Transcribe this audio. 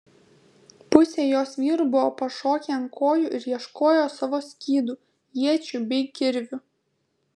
pusė jos vyrų buvo pašokę ant kojų ir ieškojo savo skydų iečių bei kirvių